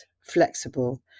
flexible